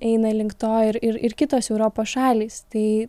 eina link to ir ir ir kitos europos šalys tai